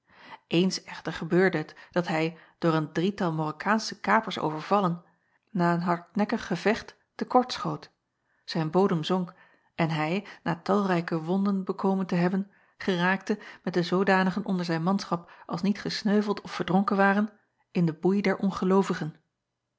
ens echter gebeurde het dat hij door een drietal arokkaansche kapers overvallen na een hardnekkig gevecht te kort schoot zijn bodem zonk en hij na talrijke wonden bekomen te hebben geraakte met de zoodanigen onder zijn manschap als niet gesneuveld of verdronken waren in den boei der ongeloovigen